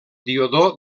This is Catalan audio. diodor